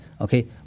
okay